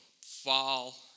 fall